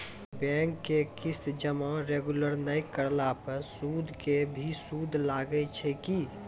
Bank के किस्त जमा रेगुलर नै करला पर सुद के भी सुद लागै छै कि?